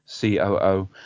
COO